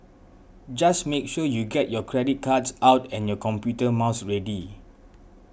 just make sure you get your credit cards out and your computer mouse ready